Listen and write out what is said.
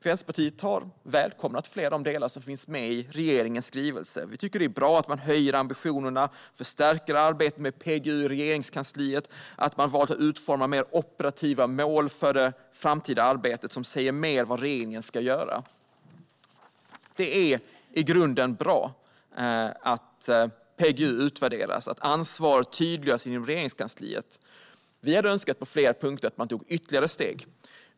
Vänsterpartiet har välkomnat flera av de delar som finns med i regeringens skrivelse. Vi tycker att det är bra att man höjer ambitionerna, att man förstärker arbetet med PGU i Regeringskansliet och att man har valt att utforma mer operativa mål för det framtida arbetet, som säger mer om vad regeringen ska göra. Det är i grunden bra att PGU utvärderas och att ansvaret tydliggörs inom Regeringskansliet. Vi hade på flera punkter önskat att man skulle ta ytterligare steg.